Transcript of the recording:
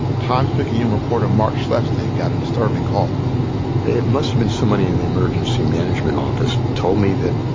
times picayune reporter mark schleifstein got a disturbing call it must have been somebody in the emergency management office. told me that,